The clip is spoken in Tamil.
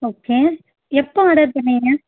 ஓகே எப்போ ஆர்டர் பண்ணுணீங்க